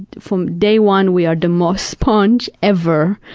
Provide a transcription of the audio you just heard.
from day one, we are the most sponge ever,